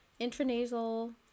Intranasal